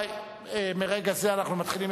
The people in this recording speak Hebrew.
לא.